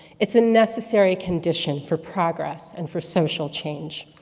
it's a necessary condition for progress, and for social change.